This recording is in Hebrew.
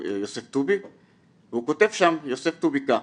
יוסף טובי ויוסף טובי כותב שם כך,